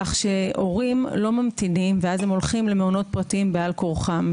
כך שהורים לא ממתינים ואז הם הולכים למעונות פרטיים בעל כורכם.